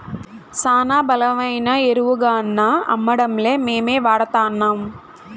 శానా బలమైన ఎరువుగాన్నా అమ్మడంలే మేమే వాడతాన్నం